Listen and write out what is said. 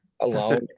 alone